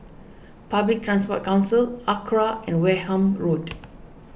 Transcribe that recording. Public Transport Council Acra and Wareham Road